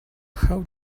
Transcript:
how